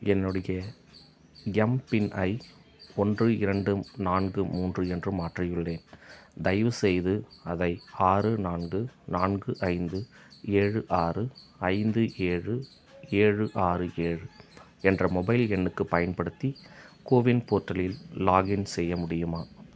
என்னுடைய எம்பின்னை ஒன்று இரண்டு நான்கு மூன்று என்று மாற்றியுள்ளேன் தயவுசெய்து அதை ஆறு நான்கு நான்கு ஐந்து ஏழு ஆறு ஐந்து ஏழு ஏழு ஆறு ஏழு என்ற மொபைல் எண்ணுக்குப் பயன்படுத்தி கோவின் போர்ட்டலில் லாக்இன் செய்ய முடியுமா